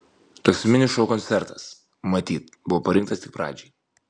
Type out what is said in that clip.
toks mini šou koncertas matyt buvo parinktas tik pradžiai